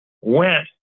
went